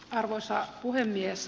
arvoisa puhemies